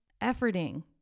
efforting